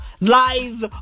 Lies